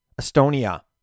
Estonia